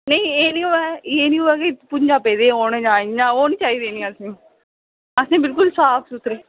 नेई एह् नीं होऐ एह् नीं होऐ कि भुं'ञा पेदे होन जां इयां ओह् नी चाहिदे असेंगी असेंगी बिलकुल साफ सुथरे